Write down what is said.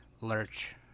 Lurch